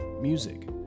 music